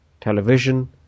television